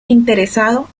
interesado